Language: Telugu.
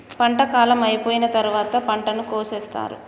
పంట కాలం అయిపోయిన తరువాత పంటను కోసేత్తారు